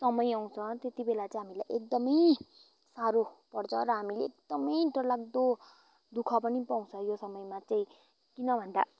समय आउँछ त्यति बेला चाहिँ हामीलाई एकदमै साह्रो पर्छ र हामी एकदमै डरलाग्दो दुखः पनि पाउँछ यो समयमा चाहिँ किन भन्दा